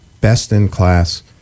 best-in-class